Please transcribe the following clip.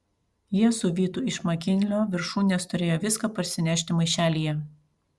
jie su vytu iš makinlio viršūnės turėjo viską parsinešti maišelyje